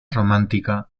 romántica